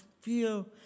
feel